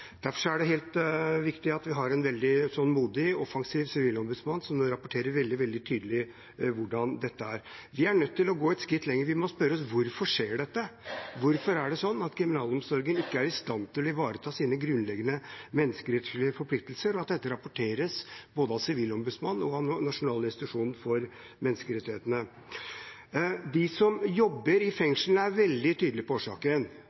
Derfor er det viktig at vi har en modig og offensiv sivilombudsmann som rapporterer veldig, veldig tydelig hvordan dette er. Vi er nødt til å gå et skritt lenger, vi må spørre oss: Hvorfor skjer dette? Hvorfor er det slik at kriminalomsorgen ikke er i stand til å ivareta sine grunnleggende menneskerettslige forpliktelser, og at dette rapporteres både av Sivilombudsmannen og av Norges institusjon for menneskerettigheter? De som jobber i fengslene, er veldig tydelige på årsaken.